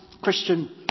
Christian